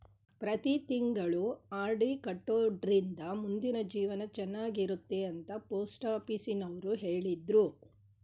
ಪ್ರತಿ ತಿಂಗಳು ಆರ್.ಡಿ ಕಟ್ಟೊಡ್ರಿಂದ ಮುಂದಿನ ಜೀವನ ಚನ್ನಾಗಿರುತ್ತೆ ಅಂತ ಪೋಸ್ಟಾಫೀಸುನವ್ರು ಹೇಳಿದ್ರು